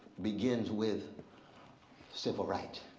begins with civil right.